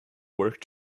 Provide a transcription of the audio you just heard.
work